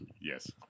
Yes